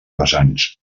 vessants